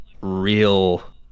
real